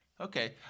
Okay